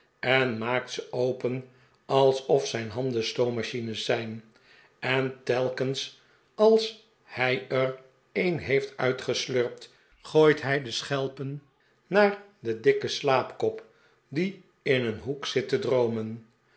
en maakt ze open alsof zijn nanden stoomm a chines zijn en t elk ens als hij er een heeft uitgeslurpt gooit hij de schelpen naar den dikken slaapkop die in een hoek zit te droomen